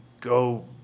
go